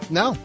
no